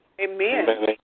Amen